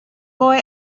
boy